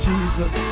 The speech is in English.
Jesus